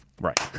Right